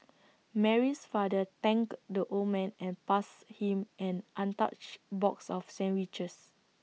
Mary's father thanked the old man and passed him an untouched box of sandwiches